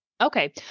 Okay